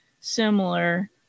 similar